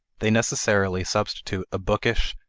they necessarily substitute a bookish,